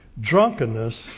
drunkenness